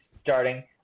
starting –